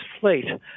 fleet